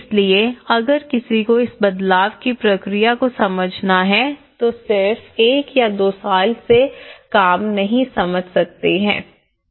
इसलिए अगर किसी को इस बदलाव की प्रक्रिया को समझना है तो सिर्फ एक या दो साल के काम से नहीं समझ सकते हैं